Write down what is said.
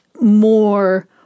more